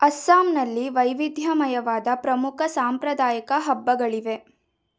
ಅಸ್ಸಾಂನಲ್ಲಿ ವೈವಿಧ್ಯಮಯವಾದ ಪ್ರಮುಖ ಸಾಂಪ್ರದಾಯಿಕ ಹಬ್ಬಗಳಿವೆ